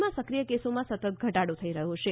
દેશમાં સક્રિય કેસોમાં સતત ઘટાડો થઈ રહ્યો છે